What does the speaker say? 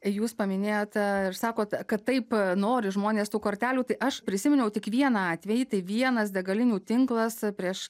jūs paminėjote ir sakote kad taip nori žmonės tų kortelių tai aš prisiminiau tik vieną atvejį tai vienas degalinių tinklas prieš